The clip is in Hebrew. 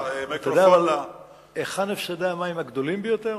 אתה יודע היכן הפסדי המים הגדולים ביותר?